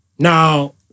Now